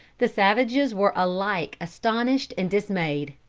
the savages were alike astonished and dismayed.